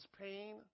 pain